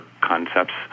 concepts